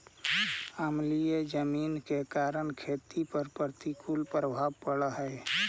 अम्लीय जमीन के कारण खेती पर प्रतिकूल प्रभाव पड़ऽ हइ